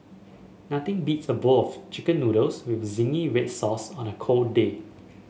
nothing beats a bowl of chicken noodles with zingy red sauce on a cold day